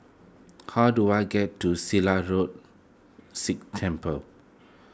how do I get to Silat Road Sikh Temple